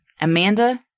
Amanda